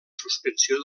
suspensió